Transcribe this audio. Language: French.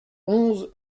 onze